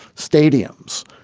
stadiums,